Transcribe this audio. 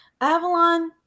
Avalon